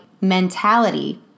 mentality